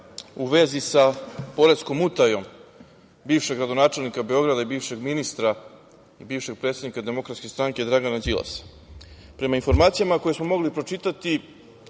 u vezi sa poreskom utajom bivšeg gradonačelnika Beograda, bivšeg ministra i bivšeg predsednika DS Dragana Đilasa. Prema informacijama koje smo mogli pročitati,